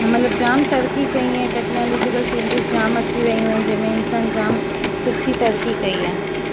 मतलबु जामु तरक़ी कई आहे टेक्नॉलिजिकल चेंज़िस जामु अची वियूं आहिनि जंहिंमे इंसान जामु सुठी तरक़ी कई आहे